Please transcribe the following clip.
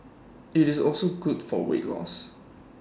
IT is also good for weight loss